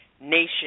nation